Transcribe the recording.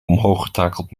omhooggetakeld